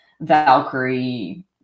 Valkyrie